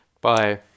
bye